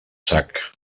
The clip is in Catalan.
sac